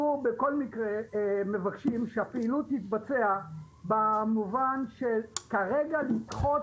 אנחנו בכל מקרה מבקשים שהפעילות תתבצע במובן שכרגע לדחות